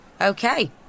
Okay